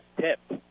tipped